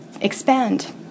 expand